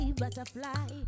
butterfly